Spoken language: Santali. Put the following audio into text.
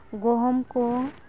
ᱜᱚᱦᱚᱢ ᱠᱚ